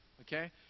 okay